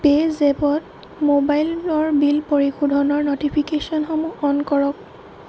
পে'জএপত মোবাইলৰ বিল পৰিশোধৰ ন'টিফিকেশ্যনসমূহ অ'ন কৰক